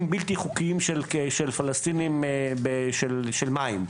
בלתי חוקיים של פלשתינים של מים.